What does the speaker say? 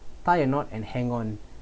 tie a knot and hang on